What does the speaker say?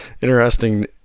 interesting